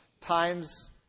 times